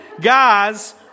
guys